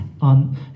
on